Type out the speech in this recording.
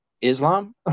Islam